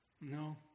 No